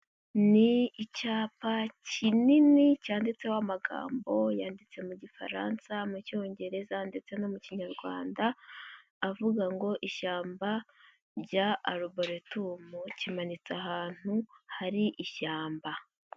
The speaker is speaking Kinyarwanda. Ni icyapa kinini cyanditseho amagambo yanditse mu Gifaransa, mu Cyongereza ndetse no mu Kinyarwanda, avuga ngo ishyamba rya Aruboritumu, kimanitse ahantu hari ishyamba.